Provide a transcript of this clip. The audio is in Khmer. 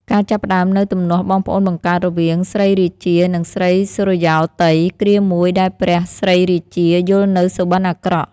ការចាប់ផ្ដើមនូវទំនាស់បងប្អូនបង្កើតរវាង ស្រីរាជា និង ស្រីសុរិយោទ័យ គ្រាមួយដែលព្រះស្រីរាជា យល់នូវសុបិនអាក្រក់។